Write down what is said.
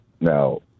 now